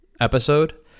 episode